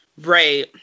Right